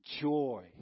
joy